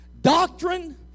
doctrine